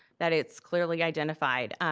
that it's clearly identified.